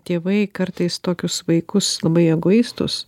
tėvai kartais tokius vaikus labai egoistus